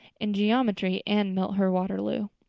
in geometry anne met her waterloo.